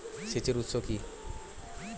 সেচের উৎস কি?